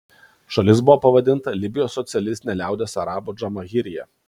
šalis buvo pavadinta libijos socialistine liaudies arabų džamahirija